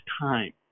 time